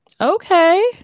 Okay